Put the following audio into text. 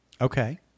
Okay